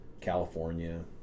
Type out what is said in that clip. California